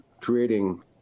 creating